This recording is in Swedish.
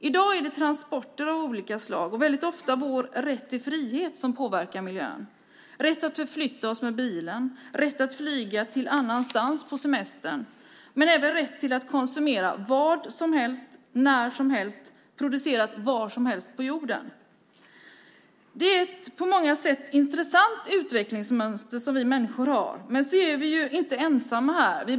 I dag är det transporter av olika slag och väldigt ofta vår rätt till frihet som påverkar miljön, vår rätt att förflytta oss med bilen, vår rätt att flyga till någon annan plats på semestern men även vår rätt att konsumera vad som helst, när som helst, producerat var som helst på jorden. Det är ett på många sätt intressant utvecklingsmönster som vi människor har, men vi är ju inte ensamma här.